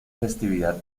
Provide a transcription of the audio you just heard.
festividad